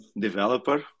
developer